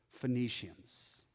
Phoenicians